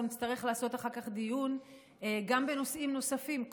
אנחנו נצטרך לעשות אחר כך דיון גם בנושאים נוספים,